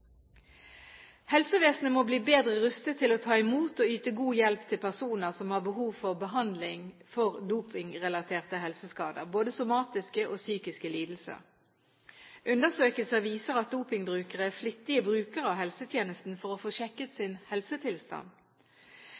Helsevesenet må bli bedre rustet til å ta imot og yte god hjelp til personer som har behov for behandling for dopingrelaterte helseskader – både somatiske og psykiske lidelser. Undersøkelser viser at dopingbrukere er flittige brukere av helsetjenesten for å få sjekket sin helsetilstand.